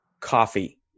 coffee